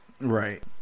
Right